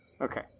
Okay